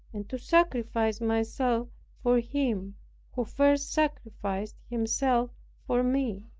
and to sacrifice myself for him who first sacrificed himself for me.